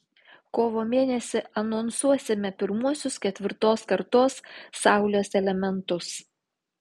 kovo mėnesį anonsuosime pirmuosius ketvirtos kartos saulės elementus